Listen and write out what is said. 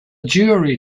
jury